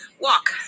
walk